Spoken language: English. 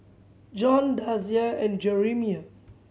John Dasia and Jerimiah